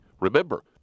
Remember